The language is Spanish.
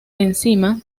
encima